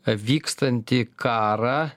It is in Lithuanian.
vykstantį karą